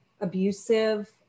abusive